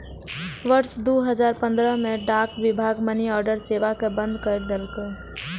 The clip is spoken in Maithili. वर्ष दू हजार पंद्रह मे डाक विभाग मनीऑर्डर सेवा कें बंद कैर देलकै